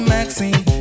Maxine